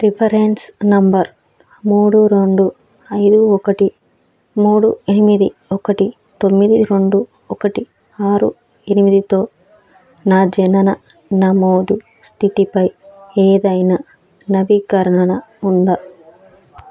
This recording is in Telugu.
రిఫరెన్స్ నంబర్ మూడు రెండు ఐదు ఒకటి మూడు ఎనిమిది ఒకటి తొమ్మిది రెండు ఒకటి ఆరు ఎనిమిదితో నా జనన నమోదు స్థితిపై ఏదైనా నవీకరణ ఉందా